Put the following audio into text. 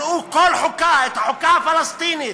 תקראו כל חוקה, את החוקה הפלסטינית.